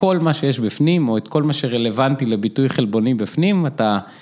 כל מה שיש בפנים או את כל מה שרלוונטי לביטוי חלבונים בפנים אתה...